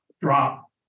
drop